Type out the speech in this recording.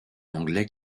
anglais